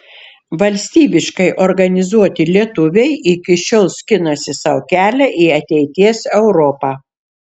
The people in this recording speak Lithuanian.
valstybiškai organizuoti lietuviai iki šiol skinasi sau kelią į ateities europą